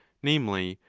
namely,